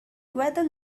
weather